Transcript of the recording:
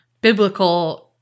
biblical